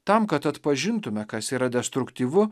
tam kad atpažintume kas yra destruktyvu